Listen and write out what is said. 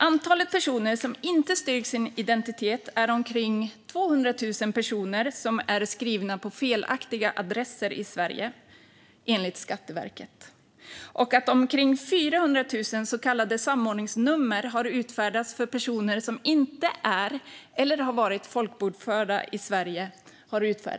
Antalet personer som inte har styrkt sin identitet är omkring 200 000 - skrivna på felaktiga adresser i Sverige, enligt Skatteverket. Omkring 400 000 så kallade samordningsnummer har utfärdats för personer som inte är eller har varit folkbokförda i Sverige.